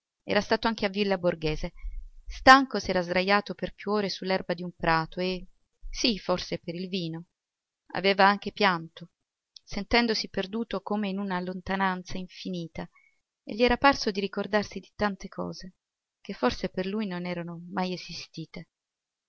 era stato anche a villa borghese stanco s'era sdrajato per più ore su l'erba d'un prato e sì forse per il vino aveva anche pianto sentendosi perduto come in una lontananza infinita e gli era parso di ricordarsi di tante cose che forse per lui non erano mai esistite